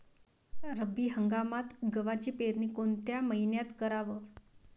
रब्बी हंगामात गव्हाची पेरनी कोनत्या मईन्यात कराव?